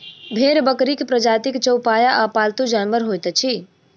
भेंड़ बकरीक प्रजातिक चौपाया आ पालतू जानवर होइत अछि